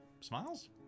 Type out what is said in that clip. smiles